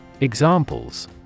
Examples